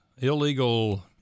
illegal